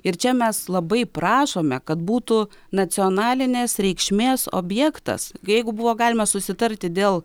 ir čia mes labai prašome kad būtų nacionalinės reikšmės objektas jeigu buvo galima susitarti dėl